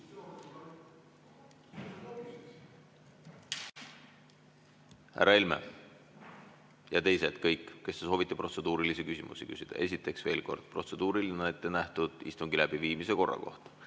ja kõik teised, kes te soovite protseduurilisi küsimusi küsida! Esiteks, veel kord, protseduuriline on ette nähtud istungi läbiviimise korra kohta.